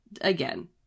Again